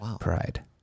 Pride